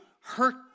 hurt